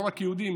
לא רק יהודים,